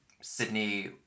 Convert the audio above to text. sydney